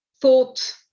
thought